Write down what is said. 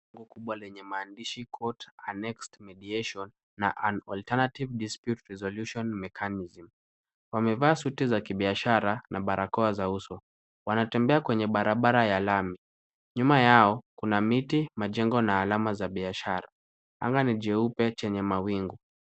Bango kubwa lenye maandishi Court and next mediation na alternative dispute resolution mechanism . Wamevaa suti za kibiashara na barakoa za uso. Wanatembea kwenye barabara ya lami. Nyuma yao kuna miti ,majengo na alama za biashara. Anga ni jeupe chenye mawingu.